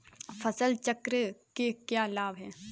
फसल चक्र के क्या लाभ हैं?